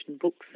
books